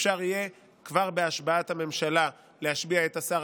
שאפשר יהיה כבר בהשבעת הממשלה להשביע את השר